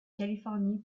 californie